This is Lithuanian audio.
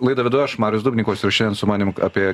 laidą vedu aš marius dubnikovas ir šiandien su manim apie